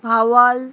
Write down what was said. হাওয়াল